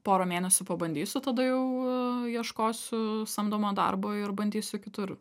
porą mėnesių pabandysiu tada jau ieškosiu samdomo darbo ir bandysiu kitur